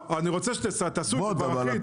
תעשו את זה אחיד.